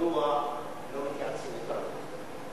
מדוע לא התייעצו אתנו?